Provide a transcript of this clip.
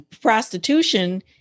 prostitution